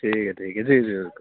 ٹھیک ہے ٹھیک ہے ٹھیک